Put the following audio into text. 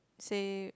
say